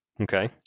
Okay